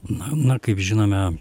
na na kaip žinome